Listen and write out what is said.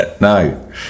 No